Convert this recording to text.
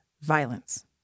violence